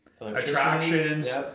attractions